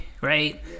right